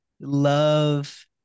love